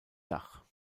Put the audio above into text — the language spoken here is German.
dach